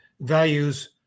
values